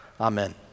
Amen